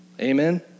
Amen